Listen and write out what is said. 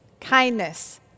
kindness